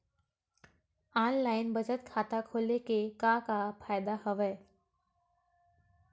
online बचत खाता खोले के का का फ़ायदा हवय